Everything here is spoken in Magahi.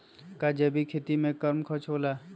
का जैविक खेती में कम खर्च होला?